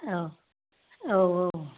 औ औ औ